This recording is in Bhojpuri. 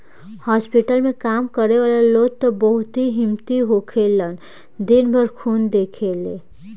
हॉस्पिटल में काम करे वाला लोग त बहुत हिम्मती होखेलन दिन भर खून देखेले